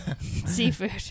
Seafood